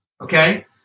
okay